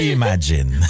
imagine